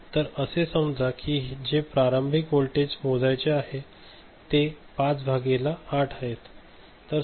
तर असे समाज कि जे प्रारंभिक वोल्टेज जे मोजायचे आहे ते 5 भागिले 8 आहे